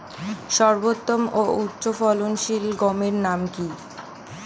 সর্বোত্তম ও উচ্চ ফলনশীল গমের নাম কি?